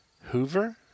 Hoover